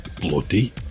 Bloody